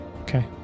Okay